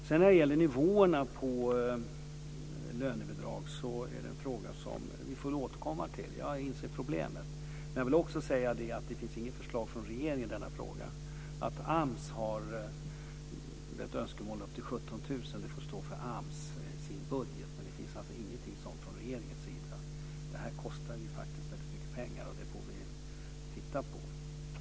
Frågan om nivåerna på lönebidragen får vi återkomma till. Jag inser problemet. Men jag vill också säga att det inte finns något förslag från regeringen i denna fråga. Att AMS har ett önskemål om att lönebidragen ska vara upp till 17 000 kr får stå för AMS i dess budget. Men det finns inget sådant förslag från regeringen. Det här kostar faktiskt väldigt mycket pengar, och det får vi titta på.